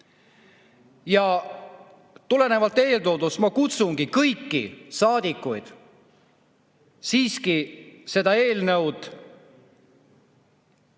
Ja tulenevalt eeltoodust ma kutsungi kõiki saadikuid siiski seda eelnõu